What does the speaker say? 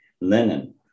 linen